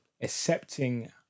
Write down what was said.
accepting